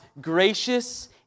gracious